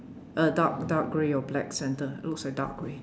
uh dark dark grey or black center looks like dark grey